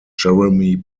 jeremy